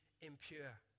impure